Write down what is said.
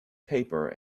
paper